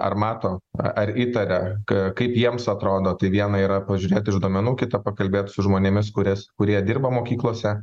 ar mato ar įtaria ka kaip jiems atrodo tai viena yra pažiūrėt iš duomenų kita pakalbėt su žmonėmis kurias kurie dirba mokyklose